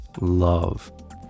love